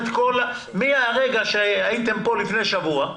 מהרגע שהייתם כאן לפני שבוע,